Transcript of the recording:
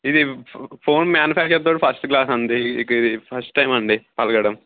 ఇది ఫోన్ మ్యానుఫ్యాక్చర్తో first glass అండి ఇక ఇది ఫస్ట్ టైమ్ అండి పగలడం